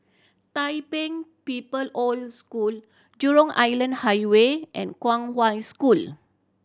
Tai Pei People Old School Jurong Island Highway and Kong Hwa School